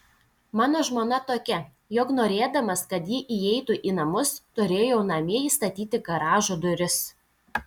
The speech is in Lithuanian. mano žmona tokia jog norėdamas kad ji įeitų į namus turėjau namie įstatyti garažo duris